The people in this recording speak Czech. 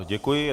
Děkuji.